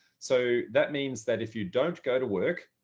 so that means that if you don't go to work,